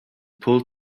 pulled